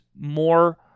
more